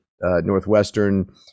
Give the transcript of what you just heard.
Northwestern